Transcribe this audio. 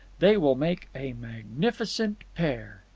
they will make a magnificent pair.